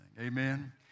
Amen